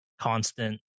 Constant